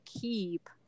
keep